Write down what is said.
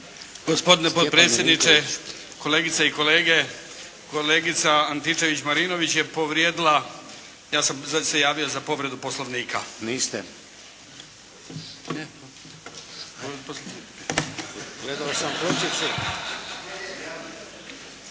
Gospodine potpredsjedniče, kolegice i kolege! Kolegica Antičević-Marinović je povrijedila, ja sam zato se javio za povredu Poslovnika. **Šeks, Vladimir (HDZ)** Niste. Gledao sam pločicu…